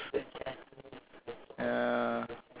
ya